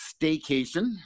staycation